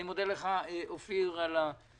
אני מודה לאופיר כץ על היוזמה.